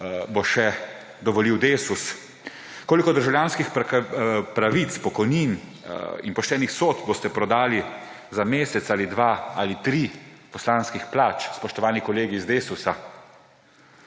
bo še dovolil Desus? Koliko državljanskih pravic, pokojnin in poštenih sodb boste prodali za mesec ali dva ali tri poslanskih plač, spoštovani kolegi iz Desusa?